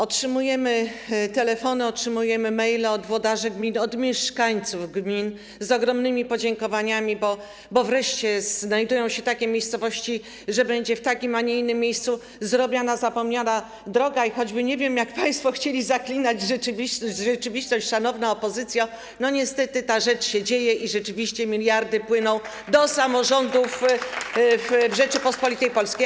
Otrzymujemy telefony, otrzymujemy e-maile od włodarzy gmin, od mieszkańców gmin z ogromnymi podziękowaniami, bo wreszcie znajdują się takie miejscowości, że będzie w takim, a nie innym miejscu zrobiona zapomniana droga i choćby nie wiem, jak państwo chcieli zaklinać rzeczywistość, szanowna opozycjo, niestety ta rzecz się dzieje i rzeczywiście miliardy płyną do samorządów w Rzeczypospolitej Polskiej.